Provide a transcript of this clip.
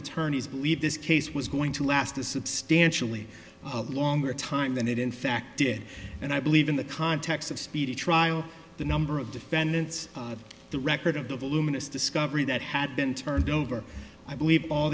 attorneys believe this case was going to last a substantially longer time than it in fact did and i believe in the context of speedy trial the number of defendants the record of the voluminous discovery that had been turned over i believe all